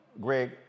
Greg